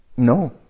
No